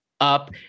up